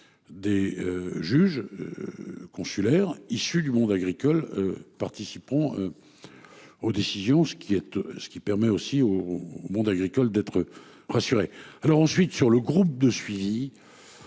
Des. Juges. Consulaires issus du monde agricole. Participeront. Aux décisions, ce qui est être ce qui permet aussi au au monde agricole d'être rassurés. Alors ensuite sur le groupe de suivi.